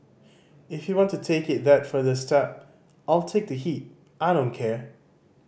if you want to take it that further step I'll take the heat I don't care